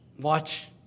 watch